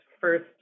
first